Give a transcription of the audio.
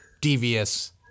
devious